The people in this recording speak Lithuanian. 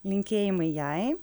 linkėjimai jai